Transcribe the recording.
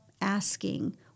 asking